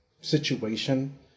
situation